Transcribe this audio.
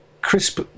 crisp